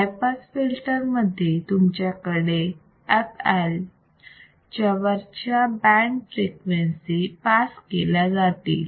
हाय pass filter मध्ये तुमच्याकडे f L च्यावरच्या बँड फ्रिक्वेन्सी पास केल्या जातील